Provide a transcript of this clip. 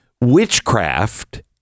Witchcraft